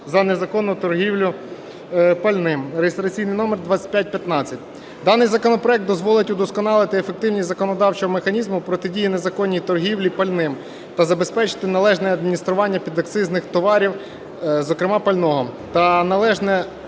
за незаконну торгівлю пальним (реєстраційний номер 2515). Даний законопроект дозволить удосконалити ефективність законодавчого механізму протидії незаконній торгівлі пальним та забезпечить належне адміністрування підакцизних товарів, зокрема пального, та належне